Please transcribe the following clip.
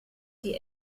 die